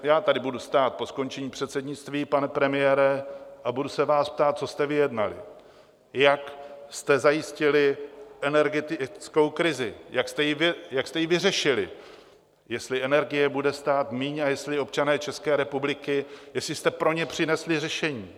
Já tady budu stát po skončení předsednictví, pane premiére, a budu se vás ptát, co jste vyjednali, jak jste zajistili energetickou krizi, jak jste ji vyřešili, jestli energie bude stát míň a jestli občané České republiky, jestli jste pro ně přinesli řešení?